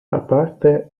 aparte